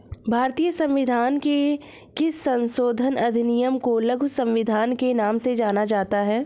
भारतीय संविधान के किस संशोधन अधिनियम को लघु संविधान के नाम से जाना जाता है?